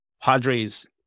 Padres